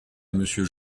monsieur